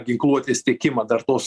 ginkluotės tiekimą dar tos